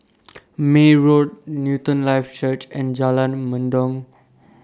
May Road Newton Life Church and Jalan Mendong